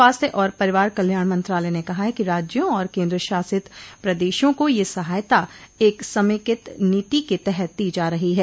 स्वास्थ्य और परिवार कल्याण मंत्रालय ने कहा है कि राज्यों और केन्द्रशासित प्रदेशों को यह सहायता एक समेकित नीति के तहत दी जा रही है